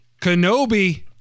Kenobi